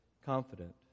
confident